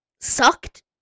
sucked